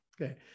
Okay